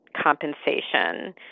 compensation